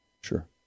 Sure